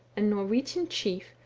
a norwegian chief,